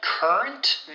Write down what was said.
Current